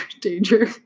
Danger